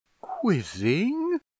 quizzing